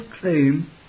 claim